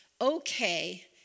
okay